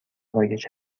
رایج